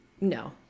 no